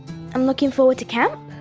i'm looking forward to camp,